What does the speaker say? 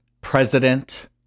President